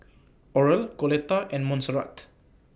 Oral Coletta and Monserrat